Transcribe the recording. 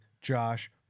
Josh